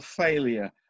failure